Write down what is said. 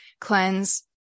cleanse